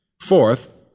Fourth